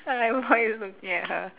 I like why you looking at her